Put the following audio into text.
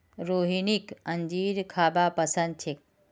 रोहिणीक अंजीर खाबा पसंद छेक